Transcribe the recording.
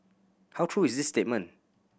how true is this statement